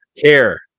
care